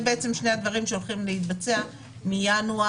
אלה שני הדברים שהולכים להתבצע מינואר